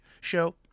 show